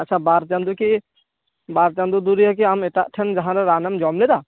ᱟᱪᱪᱷᱟ ᱵᱟᱨ ᱪᱟᱸᱫᱚ ᱠᱤ ᱵᱟᱨ ᱪᱟᱸᱫᱚ ᱫᱩᱨᱤᱭᱟᱹ ᱠᱤ ᱮᱴᱟᱜ ᱴᱷᱮᱱ ᱡᱟᱦᱟᱸ ᱨᱮ ᱨᱟᱱᱮᱢ ᱡᱚᱢ ᱞᱮᱫᱟ